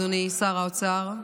אדוני שר האוצר.